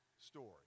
story